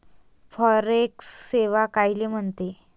Forex सेवा कायले म्हनते?